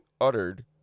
uttered